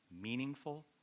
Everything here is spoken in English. meaningful